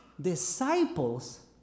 disciples